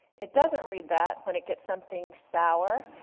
it doesn't read that when it gets something sour,